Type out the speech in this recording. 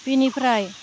बिनिफ्राय